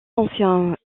anciens